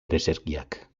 ereserkiak